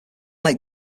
lake